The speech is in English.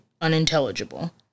unintelligible